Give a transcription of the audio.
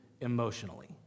emotionally